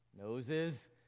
noses